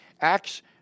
Acts